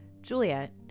Juliet